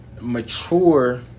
mature